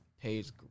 pays